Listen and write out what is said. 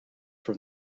from